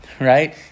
Right